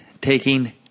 taking